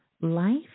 Life